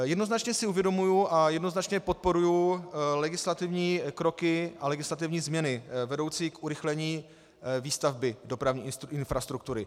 Jednoznačně si uvědomuji a jednoznačně podporuji legislativní kroky a legislativní změny vedoucí k urychlení výstavby dopravní infrastruktury.